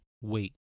Wait